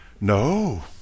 No